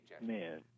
man